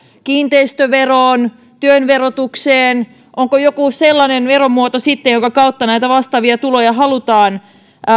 kiinteistöveroon työn verotukseen onko joku sellainen veromuoto jonka kautta näitä vastaavia tuloja halutaan